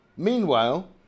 Meanwhile